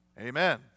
Amen